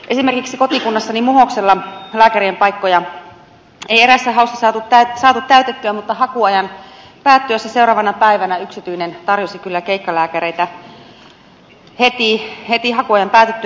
esimerkiksi kotikunnassani muhoksella lääkärien paikkoja ei eräässä haussa saatu täytettyä mutta seuraavana päivänä yksityinen tarjosi kyllä keikkalääkäreitä heti hakuajan päätyttyä